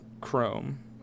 Chrome